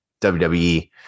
wwe